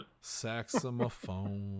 saxophone